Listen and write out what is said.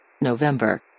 November